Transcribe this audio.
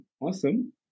Awesome